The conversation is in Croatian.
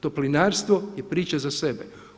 Toplinarstvo je priča za sebe.